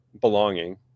belonging